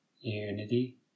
unity